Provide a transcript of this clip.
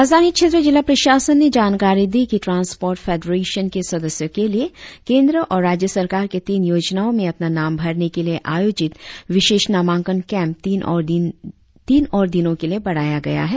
राजधानी क्षेत्र जिला प्रशासन ने जानकारी दी कि ट्रान्सपोर्ट फेडरेशन के सदस्यों के लिए केंद्र और राज्य सरकार के तीन योजनाओं में अपना नाम भरने के लिए आयोजित विशेष नामांकन कैंप तीन और दिनों के लिए बढ़ाया गया है